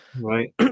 Right